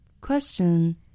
Question